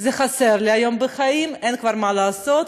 כעשרה מיליון איש, או למעלה מעשרה